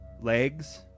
legs